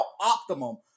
optimum